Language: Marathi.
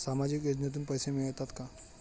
सामाजिक योजनेतून पैसे मिळतात का?